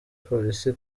polisi